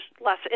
less